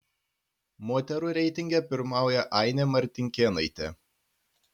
moterų reitinge pirmauja ainė martinkėnaitė